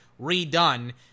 redone